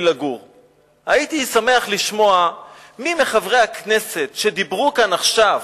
הייתי שמח לשמוע מי מחברי הכנסת שדיברו כאן עכשיו,